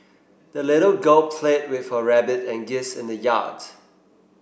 the little girl played with her rabbit and geese in the yard